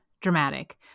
dramatic